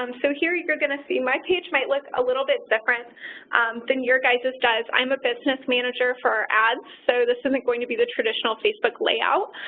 um so here, you're going to see my page might look a little bit different than your guys' does. i'm a business manager for our ads. so, this isn't going to be the traditional facebook layout.